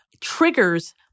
triggers